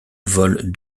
vole